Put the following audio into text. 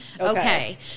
okay